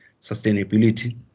sustainability